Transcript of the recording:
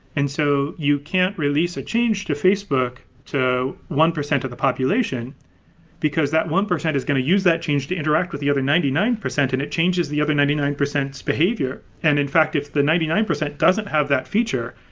and so you can't release a change to facebook to one percent of the population because that one percent is going to use that change to interact with the other ninety nine percent, and it changes the other ninety nine s behavior. and in fact, if the ninety nine percent doesn't have that feature,